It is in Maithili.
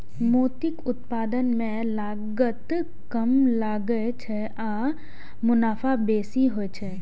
मोतीक उत्पादन मे लागत कम लागै छै आ मुनाफा बेसी होइ छै